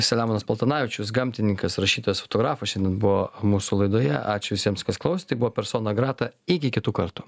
selemonas paltanavičius gamtininkas rašytojas fotografas buvo mūsų laidoje ačiū visiems kas klausė tai buvo persona grata iki kitų kartų